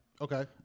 okay